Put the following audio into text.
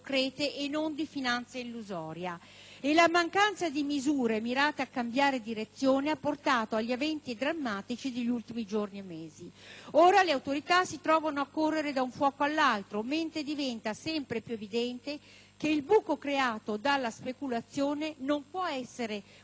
e la mancanza di misure mirate a cambiare direzione ha portato agli eventi drammatici degli ultimi giorni e mesi. Le autorità si trovano ora a correre da un fuoco all'altro, mentre diventa sempre più evidente che il buco creato dalla speculazione non può essere colmato in un breve lasso di tempo.